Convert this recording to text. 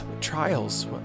Trials